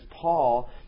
Paul